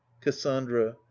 cassandra